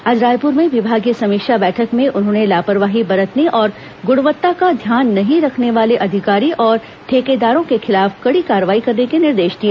आज रायपुर में विभागीय समीक्षा बैठक में उन्होंने लापरवाही बरतने और ग्णवत्ता का ध्यान नहीं रखने वाले अधिकारी और ठेकेदार के खिलाफ कड़ी कार्रवाई करने के निर्देश दिए